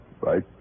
right